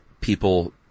people